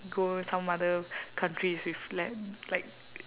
go some other countries with like like